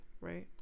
Right